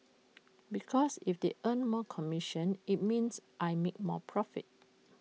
because if they earn more commission IT means I make more profit